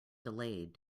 delayed